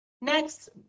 Next